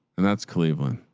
and that's cleveland,